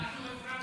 אנחנו הפרענו לך.